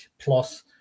plus